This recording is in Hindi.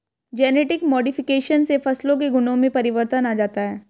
जेनेटिक मोडिफिकेशन से फसलों के गुणों में परिवर्तन आ जाता है